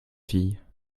fille